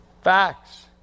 Facts